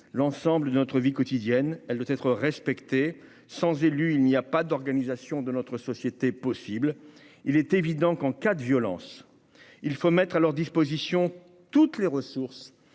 l'ensemble de notre vie quotidienne, elle doit être respectée sans élu, il n'y a pas d'organisation de notre société possible, il est évident qu'en cas de violence, il faut mettre à leur disposition toutes les ressources